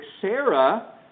Sarah